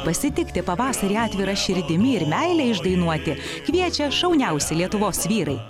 pasitikti pavasarį atvira širdimi ir meilę išdainuoti kviečia šauniausi lietuvos vyrai